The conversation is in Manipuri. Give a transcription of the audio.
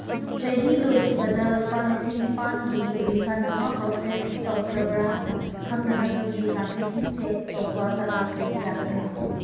ꯆꯍꯤ ꯂꯣꯏꯈꯤꯕꯗ ꯂꯨꯄꯥ ꯂꯤꯁꯤꯡ ꯅꯤꯄꯥꯟꯒꯤ ꯔꯤꯐꯟ ꯑꯃ ꯄ꯭ꯔꯣꯁꯦꯁ ꯇꯧꯈ꯭ꯔꯕ꯭ꯔꯥ ꯈꯪꯅꯅꯕꯒꯤ ꯇ꯭ꯔꯥꯟꯁꯦꯛꯁꯟ ꯆꯦꯛ ꯇꯧꯕ ꯇꯇꯥ ꯀ꯭ꯂꯤꯛ ꯌꯥꯒꯗ꯭ꯔꯥ